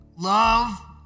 love